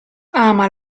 ama